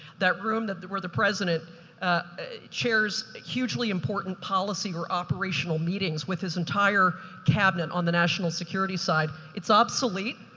that room that there were the president chairs hugely important policy, were operational meetings with his entire cabinet on the national security side. it's obsolete,